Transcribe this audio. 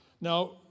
Now